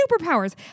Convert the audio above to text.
superpowers